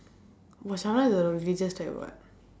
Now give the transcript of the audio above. is the religious type [what]